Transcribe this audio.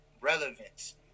relevance